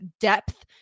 depth